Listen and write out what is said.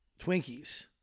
Twinkies